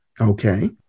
Okay